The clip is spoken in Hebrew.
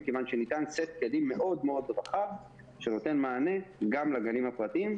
מכיוון שניתן סט כלים מאוד רחב שנותן מענה גם לגנים הפרטיים,